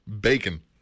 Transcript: Bacon